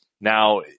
Now